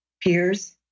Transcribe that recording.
peers